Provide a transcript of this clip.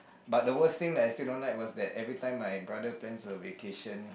but the worst thing that I still don't like was that every time my brother planes the vacation